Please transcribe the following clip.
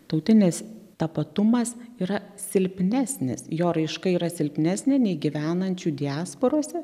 tautinis tapatumas yra silpnesnis jo raiška yra silpnesnė nei gyvenančių diasporose